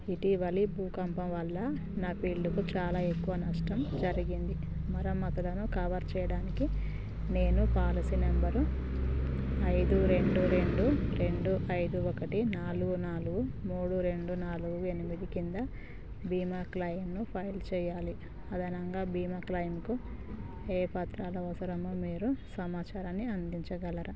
ఇటీవలి భూకంపం వల్ల నా ఫీల్డ్కు చాలా ఎక్కువ నష్టం జరిగింది మరమ్మత్తులను కవర్ చేయడానికి నేను పాలసీ నంబరు ఐదు రెండు రెండు రెండు ఐదు ఒకటి నాలుగు నాలుగు మూడు రెండు నాలుగు ఎనిమిది కింద బీమా క్లైమ్ను ఫైల్ చెయ్యాలి అదనంగా బీమా క్లైమ్కు ఏ పత్రాలు అవసరమో మీరు సమాచారాన్ని అందించగలరా